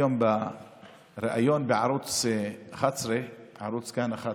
היום בריאיון בערוץ כאן 11